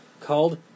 called